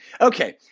Okay